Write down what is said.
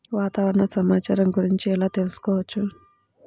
వాతావరణ సమాచారం గురించి ఎలా తెలుసుకోవచ్చు?